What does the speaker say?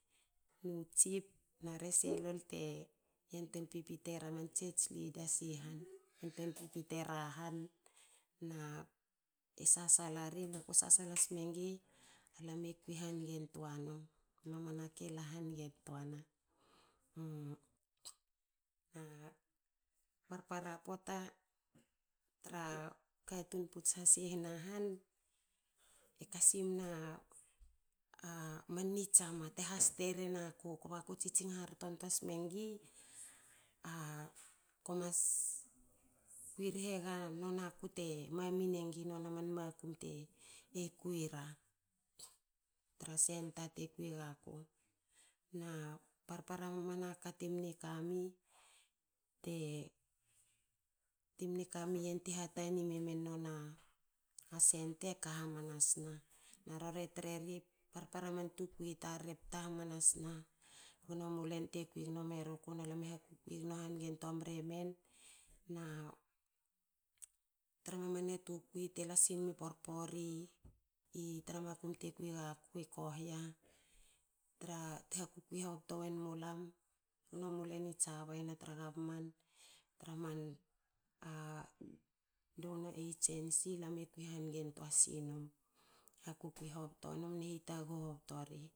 Nu chief nare se lol te yantuei pipite ru church leaders i han. yantuei pipite ra han bte sasala ri na kue sasala smengi alam e kui hangen tua num. mamana kela hangen tuana. A parpara poata tra u katun puts has i hena han. e kasim na a man nitsama te has te ren aku. kba ko tsitsing harto smengi a komas kui re ga non a kute mamin engi nona man makum te kui ra. tra centre te kui gaku. Na parpara mamana ka timni kami, timni kami ien ti hatani memen nona nona centre eka hamanas na. Na rori treri a parpara tukui tar e pta hamanasna gnomi ulen tekui gno mremen. na tra mamana tukui te lasi uni porpori tra makum te kui gaku i kohea tra. te hakukui hobto wen mulam gno mu len i jabai na gavman. hakukui hobto num ne hitaghu hobto ri